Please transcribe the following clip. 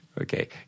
Okay